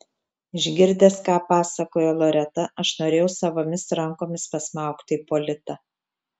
išgirdęs ką pasakojo loreta aš norėjau savomis rankomis pasmaugti ipolitą